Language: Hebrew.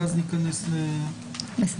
ו אז ניכנס לדיון.